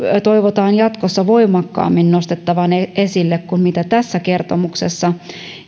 toivotaan jatkossa nostettavan voimakkaammin esille kuin tässä kertomuksessa